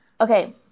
Okay